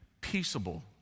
peaceable